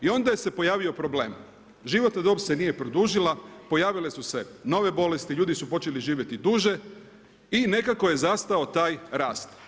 I onda se pojavio problem, životna dob se nije produžila, pojavile su se nove bolesti, ljudi su počeli živjeti duže i nekako je zastao taj rast.